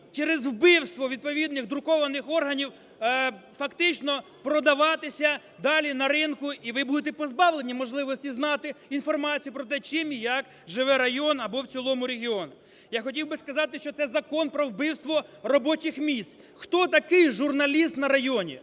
через вбивство відповідних друкованих органів фактично продаватися далі на ринку, і ви будете позбавлені можливості знати інформацію про те, чим і як живе район, або в цілому регіон. Я хотів би сказати, що це закон про вбивство робочих місць. Хто такий журналіст на районі?